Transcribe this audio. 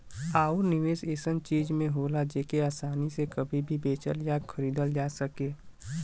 आउर निवेस ऐसन चीज में होला जेके आसानी से कभी भी बेचल या खरीदल जा सके